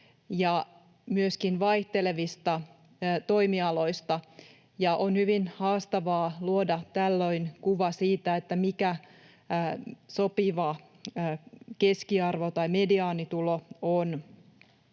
ja myöskin vaihtelevista toimialoista, ja on hyvin haastavaa luoda tällöin kuva siitä, mikä on sopiva keskiarvo‑ tai mediaanitulo.